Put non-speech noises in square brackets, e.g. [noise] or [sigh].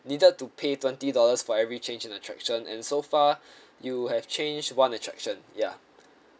needed to pay twenty dollars for every change in attraction and so far [breath] you have change one attraction ya